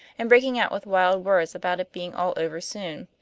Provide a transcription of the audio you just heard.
and breaking out with wild words about it being all over soon?